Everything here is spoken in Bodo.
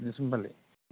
होम्बालाय